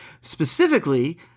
specifically